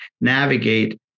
navigate